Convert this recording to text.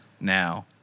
now